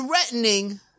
threatening